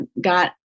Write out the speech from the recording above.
got